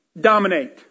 dominate